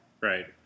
Right